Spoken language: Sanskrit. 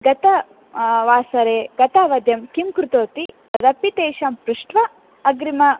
गत वासरे गतावधौ किं कृतवती तदपि तेषां पृष्ट्वा अग्रिमम्